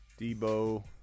Debo